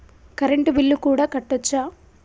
Current bill కూడా కట్టొచ్చా?